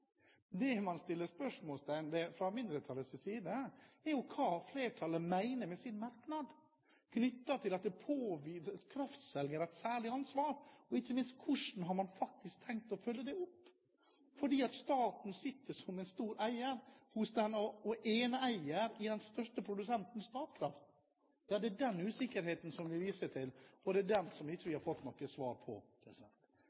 hvorvidt man skal ha en grunnlast i systemet eller ikke. Det man stiller spørsmål om fra mindretallets side, er hva flertallet mener med sin merknad om at det påhviler kraftselgere et særlig ansvar, og ikke minst hvordan man faktisk har tenkt å følge det opp, fordi staten sitter som eneeier i den største produsenten, Statkraft. Det er den usikkerheten vi viser til, og det er det vi ikke har fått noe svar på. Men det er en enstemmig komité som